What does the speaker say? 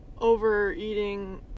overeating